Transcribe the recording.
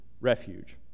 refuge